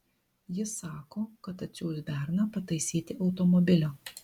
jis sako kad atsiųs berną pataisyti automobilio